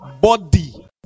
body